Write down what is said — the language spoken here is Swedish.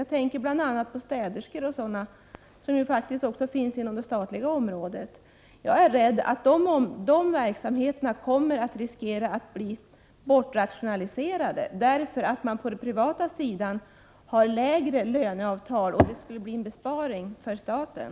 Jag tänker bl.a. på städerskor, som ju faktiskt finns' även på det statliga området. Jag är rädd att sådana verksamheter riskerar att bli bortrationaliserade. På den privata sidan har man lägre löneavtal, och det skulle därför bli en besparing för staten.